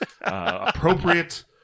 appropriate